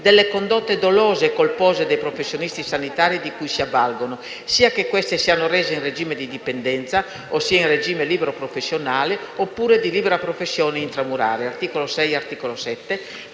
delle condotte dolose e colpose dei professionisti sanitari di cui si avvale, sia che queste siano rese in regime di dipendenza, ossia in regime libero-professionale o di libera professione intramuraria